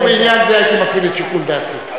בעניין זה הייתי מפעיל את שיקול דעתי.